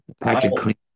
Patrick